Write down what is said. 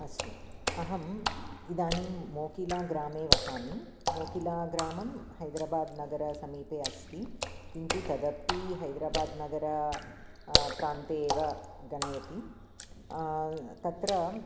अस्तु अहम् इदानीं मोकिला ग्रामे वसामि मोकिला ग्रामं हैद्राबाद्नगर समीपे अस्ति किन्तु तदपि हैद्राबाद्नगर प्रान्ते एव गणयति तत्र